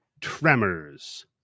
Tremors